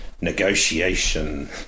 negotiation